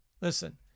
Listen